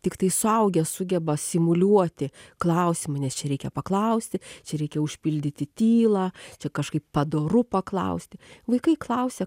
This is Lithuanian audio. tiktai suaugę sugeba simuliuoti klausimą nes čia reikia paklausti čia reikia užpildyti tylą čia kažkaip padoru paklausti vaikai klausia